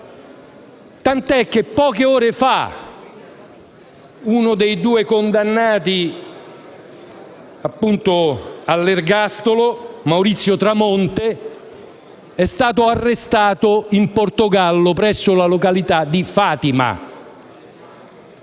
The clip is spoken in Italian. tant'è che poche ore fa uno dei due condannati all'ergastolo, Maurizio Tramonte, è stato arrestato in Portogallo presso la località di Fatima.